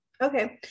Okay